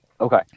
Okay